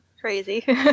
crazy